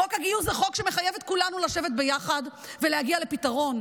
חוק הגיוס הוא חוק שמחייב את כולנו לשבת ביחד ולהגיע לפתרון.